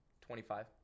Twenty-five